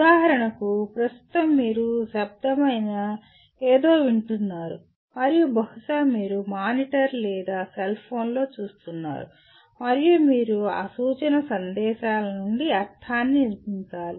ఉదాహరణకు ప్రస్తుతం మీరు శబ్దమైన ఏదో వింటున్నారు మరియు బహుశా మీరు మానిటర్ లేదా సెల్ఫోన్లో చూస్తున్నారు మరియు మీరు ఆ సూచన సందేశాల నుండి అర్థాన్ని నిర్మించాలి